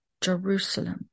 Jerusalem